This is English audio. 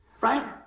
right